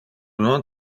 non